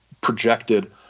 projected